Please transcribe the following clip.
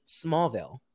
Smallville